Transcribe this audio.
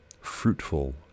fruitful